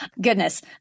Goodness